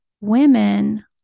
women